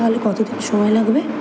তাহলে কত দিন সময় লাগবে